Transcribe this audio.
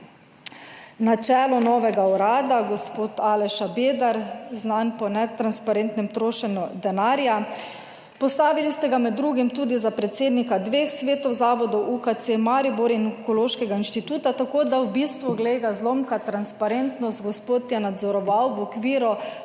na čelu novega urada, gospod Aleš Šabeder, znan po netransparentnem trošenju denarja. Postavili ste ga med drugim tudi za predsednika dveh svetov zavodov: UKC Maribor in Onkološkega inštituta, tako da v bistvu, glej ga zlomka, transparentnost, gospod je nadzoroval v okviru